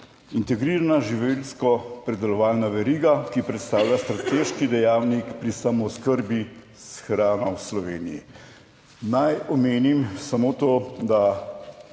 integrirana živilskopredelovalna veriga, ki predstavlja strateški dejavnik pri samooskrbi s hrano v Sloveniji. Naj omenim samo to, da